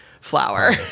flower